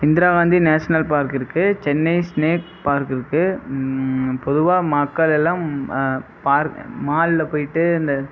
Indira Gandhi national park இருக்குது Chennai snake park இருக்குது பொதுவாக மக்களெல்லாம் பார்க் மாலில் போய்விட்டு இந்த